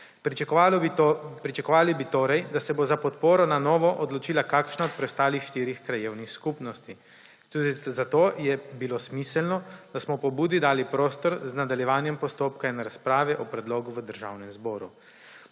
Pričakovali bi torej, da se bo za podporo na novo odločila kakšna od preostalih štirih krajevnih skupnosti. Tudi zato je bilo smiselno, da smo pobudi dali prostor z nadaljevanjem postopka in razprave o predlogu v Državnem zboru.